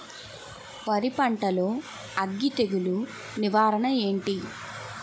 వరి పంటలో అగ్గి తెగులు నివారణ ఏంటి?